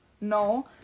No